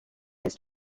his